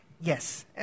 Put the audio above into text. Yes